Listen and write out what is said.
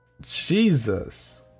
Jesus